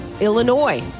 Illinois